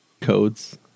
codes